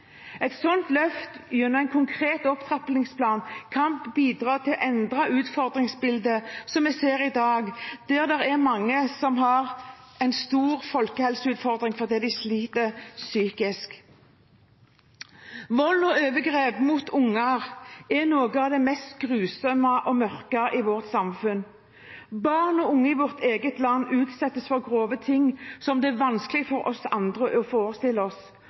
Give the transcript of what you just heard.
Et slikt løft, gjennom en konkret opptrappingsplan, kan bidra til å endre utfordringsbildet som vi ser i dag, der det er mange som har en stor helseutfordring fordi de sliter psykisk. Vold og overgrep mot barn er noe av det mest grusomme og mørke i vårt samfunn. Barn og unge i vårt eget land utsettes for grove ting som det er vanskelig for oss andre å forestille